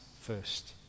first